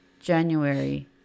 January